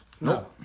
No